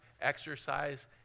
exercise